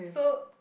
so